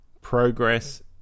progress